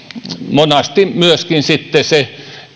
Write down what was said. monasti myöskin se